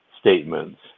statements